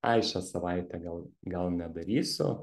ai šią savaitę gal gal nedarysiu